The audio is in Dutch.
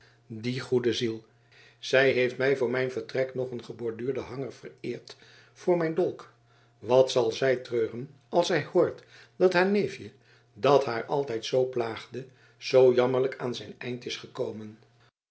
die goede ziel zij heeft mij voor mijn vertrek nog een geborduurden hanger vereerd voor mijn dolk wat zal zij treuren als zij hoort dat haar neefje dat haar altijd zoo plaagde zoo jammerlijk aan zijn eind is gekomen